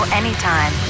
anytime